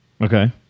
Okay